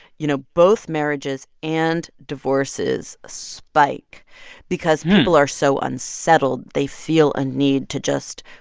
you know, both marriages and divorces spike because people are so unsettled they feel a need to just.